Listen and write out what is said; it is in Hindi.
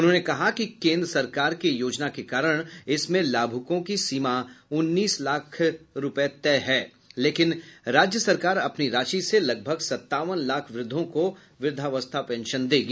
उन्होंने कहा कि केंद्र सरकार के योजना के कारण इसमें लाभुकों की सीमा उन्नीस लाख तय है लेकिन राज्य सरकार अपनी राशि से लगभग सत्तावन लाख वृद्धों को व्रद्धावस्था पेंशन देगी